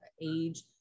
age